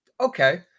okay